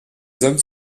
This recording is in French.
hommes